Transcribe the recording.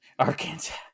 Arkansas